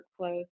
workflows